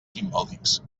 simbòlics